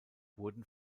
wurden